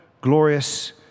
glorious